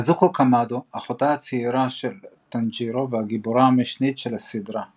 נזוקו קמאדו אחותו הצעירה של טאנג'ירו והגיבורה המשנית של הסדרה.